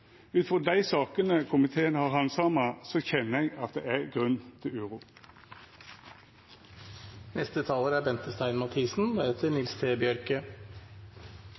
dei sakene komiteen har handsama, kjenner eg at det er grunn til